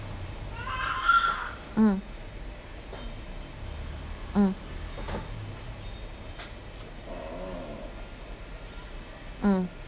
mm mm mm